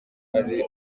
ari